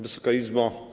Wysoka Izbo!